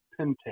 pintail